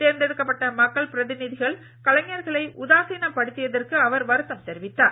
தேர்ந்தெடுக்கப்பட்ட மக்கள் பிரதிநிதிகள் கலைஞர்களை உதாசீனம் படுத்தியதற்கு அவர் வருத்தம் தெரிவித்தார்